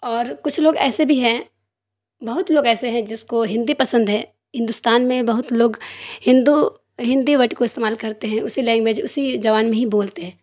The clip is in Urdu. اور کچھ لوگ ایسے بھی ہیں بہت لوگ ایسے ہیں جس کو ہندی پسند ہے ہندوستان میں بہت لوگ ہندو ہندی ورڈ کو استعمال کرتے ہیں اسی لینگویج اسی زبان میں ہی بولتے ہیں